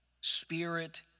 spirit